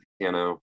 piano